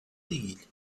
değil